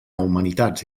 humanitats